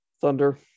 thunder